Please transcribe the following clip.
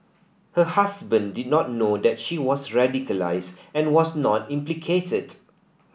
her husband did not know that she was radicalised and was not implicated